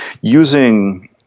Using